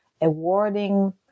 awarding